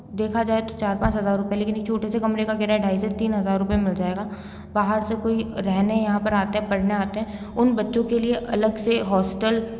देखा जाए तो चार पाँच हज़ार रुपये लेकिन एक छोटे से कमरे का किराया ढ़ाई से तीन हज़ार रुपये मिल जाएगा बाहर से कोई रहने यहाँ पर आते हैं पढ़ने आते हैं उन बच्चों के लिए अलग से हॉस्टल